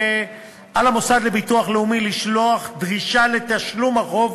על המוסד לביטוח לאומי לשלוח דרישה לתשלום חוב,